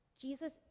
Jesus